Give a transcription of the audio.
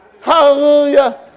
Hallelujah